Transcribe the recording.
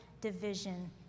division